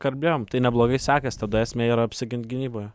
kalbėjom tai neblogai sekės tada esmė yra apsigint gynyboje